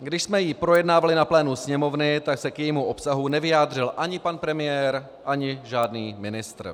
Když jsme ji projednávali na plénu Sněmovny, tak se k jejímu obsahu nevyjádřil ani pan premiér ani žádný ministr.